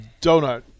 donut